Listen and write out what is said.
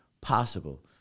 possible